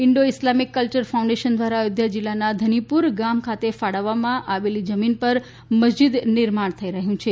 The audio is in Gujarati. ઈંડો ઈસ્લામીક કલ્ચર ફાઉન્ડેશન દ્વારા અયોધ્યા જિલ્લાનાં ધન્નીપુર ખાતે ફાળવવામાં આવેલી જમીન પર મસ્જીદ નિર્માણ થઈ રહ્યું છે